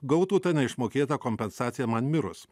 gautų tą neišmokėtą kompensaciją man mirus